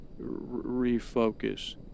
refocus